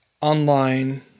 online